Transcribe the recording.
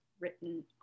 written